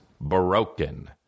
broken